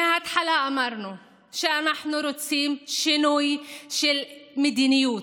מההתחלה אמרנו שאנחנו רוצים שינוי של מדיניות,